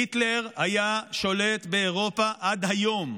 היטלר היה שולט באירופה עד היום,